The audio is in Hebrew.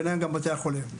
ביניהם גם בתי החולים.